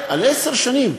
על עשר שנים.